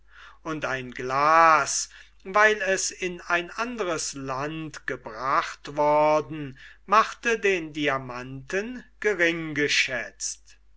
und ein glas weil es in ein andres land gebracht worden machte den diamanten